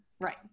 Right